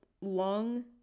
long